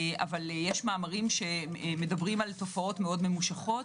יש מאמרים שמדברים על תקופות מאוד ממושכות.